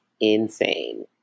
insane